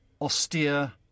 austere